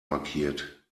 markiert